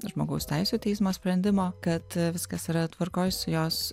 žmogaus teisių teismo sprendimo kad viskas yra tvarkoj su jos